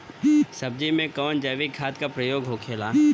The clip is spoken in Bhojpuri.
सब्जी में कवन जैविक खाद का प्रयोग होखेला?